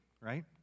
right